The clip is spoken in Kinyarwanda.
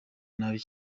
nabi